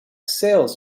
sales